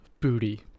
booty